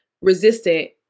resistant